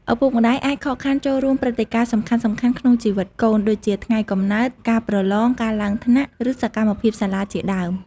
ឪពុកម្ដាយអាចខកខានចូលរួមព្រឹត្តិការណ៍សំខាន់ៗក្នុងជីវិតកូន ដូចជាថ្ងៃកំណើត ការប្រឡង ការឡើងថ្នាក់ ឬសកម្មភាពសាលាជាដើម។